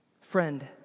Friend